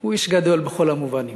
והוא איש גדול בכל המובנים.